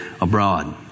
abroad